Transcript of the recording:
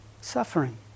suffering